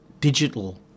digital